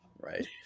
Right